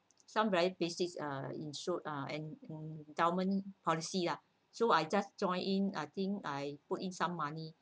some very basic uh in short and and government policy lah so I just joined in I think I put in some money